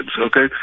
okay